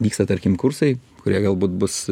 vyksta tarkim kursai kurie galbūt bus